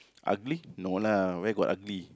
ugly no lah where got ugly